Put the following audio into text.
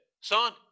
son